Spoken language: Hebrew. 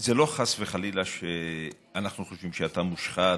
זה לא שאנחנו חושבים שאתה מושחת,